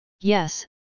Yes